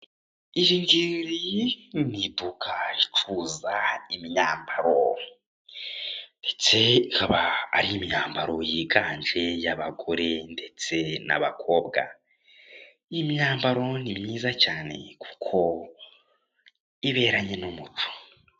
Iringiri ni iduka ricuruza imyambaro. Ndetse ikaba ari imyambaro yiganje iy'abagore n'abakobwa. Iyi myambaro ni myiza cyane, kuko iberanye n'umuco.